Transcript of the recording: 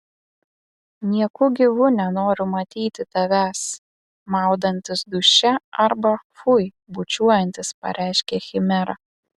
nieku gyvu nenoriu matyti tavęs maudantis duše arba fui bučiuojantis pareiškė chimera